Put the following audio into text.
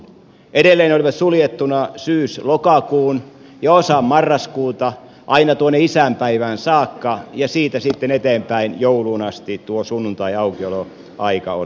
edelleen ne olivat suljettuina syyslokakuun ja osan marraskuuta aina tuonne isänpäivään saakka ja siitä sitten eteenpäin jouluun asti tuo sunnuntaiaukioloaika oli sallittu